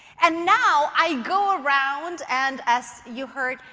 and now i go around and, as you heard,